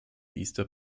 easter